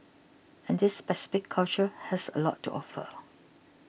and this specific culture has a lot to offer